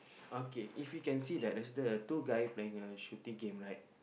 okay if we can see that there's the two guy playing a shooting game right